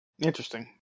interesting